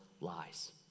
lies